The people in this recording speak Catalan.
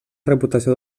reputació